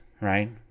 right